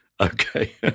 Okay